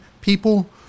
people